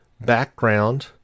background